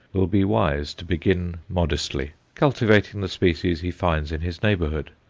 will be wise to begin modestly, cultivating the species he finds in his neighbourhood.